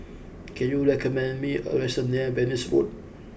can you recommend me a restaurant near Venus Road